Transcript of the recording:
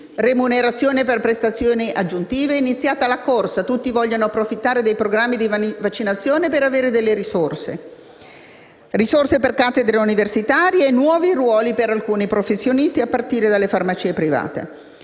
remunerazione per prestazioni aggiuntive. È iniziata la corsa, tutti vogliono approfittare dei programmi di vaccinazione per avere delle risorse. Vi sono inoltre risorse per cattedre universitarie e nuovi ruoli per alcuni professionisti, a partire dalle farmacie private.